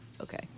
Okay